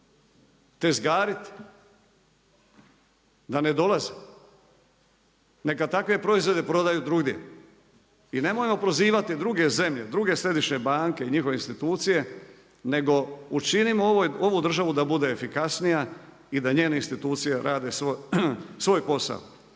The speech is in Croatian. tezgariti, da ne dolaze. Neka takve proizvode prodaju drugdje i nemojmo prozivati druge zemlje, druge središnje banke i njihove institucije nego učinimo ovu državu da bude efikasnija i da njene institucije rade svoj posao.